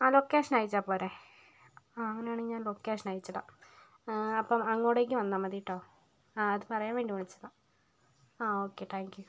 ആ ലൊക്കേഷൻ അയച്ചാൽ പോരെ ആ അങ്ങനെയാണെങ്കിൽ ഞാൻ ലൊക്കേഷൻ അയച്ചിടാം അപ്പോൾ അങ്ങോട്ടേക്ക് വന്നാൽ മതി കേട്ടോ ആ അത് പറയാൻ വേണ്ടി വിളിച്ചതാണ് ആ ഓക്കേ താങ്ക് യൂ